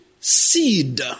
seed